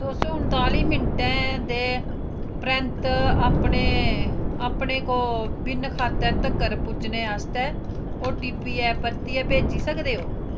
तुस उन्ताली मिंटें दे परैंत्त अपने को विन खाते तक्कर पुज्जने आस्तै ओटीपी ऐ परतियै भेजी सकदे ओ